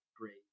great